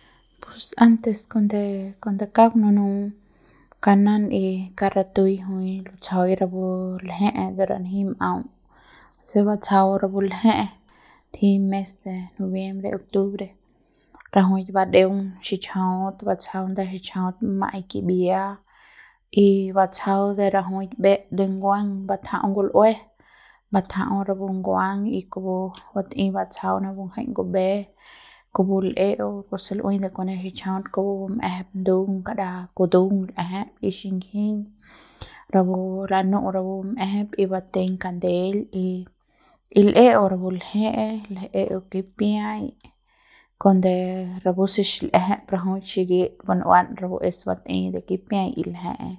pus antes kuande kuande kaung nunum kanan y kauk ratui jui lutsjaui rapu lje'e de ranji m'au se batsjau rapu lje'e ranji mes de noviembre, octubre rajuik badeung xichjaut batsjau nda xichjaut ma'ai kimbia y batsjau de rajuik mbé de nguang batjau'au ngul'ue batja'au rapu nguang y kupu batei batsjau napu ngjai ngumbe kupu l'e'eu kupu se lu'ui kune xichjaut kupu bum'ejep ndung kara kutung l'eje y xingjinñ rapu lanu rapu bum'ejep y batei kandeil y y l'eu rapu lje'e l'e'eu kipiai kuande rapu se xil'ieje l'eje rajuik xikit ban'uan rapu es batei kipiai y lje'e